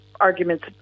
arguments